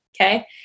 okay